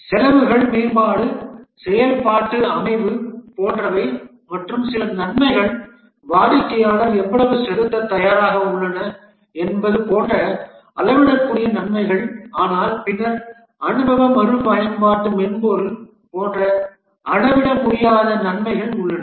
செலவுகள் மேம்பாடு செயல்பாட்டு அமைவு போன்றவை மற்றும் சில நன்மைகள் வாடிக்கையாளர் எவ்வளவு செலுத்தத் தயாராக உள்ளன என்பது போன்ற அளவிடக்கூடிய நன்மைகள் ஆனால் பின்னர் அனுபவ மறுபயன்பாட்டு மென்பொருள் போன்ற அளவிட முடியாத நன்மைகள் உள்ளன